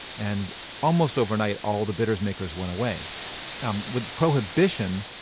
and almost overnight all the bitters makers went away um with prohibition